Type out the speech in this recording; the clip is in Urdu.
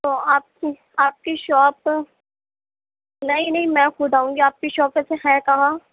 تو آپ کی آپ کی شاپ نہیں نہیں میں خود آؤں گی آپ كی شاپ پر پھر ہے کہاں